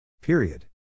Period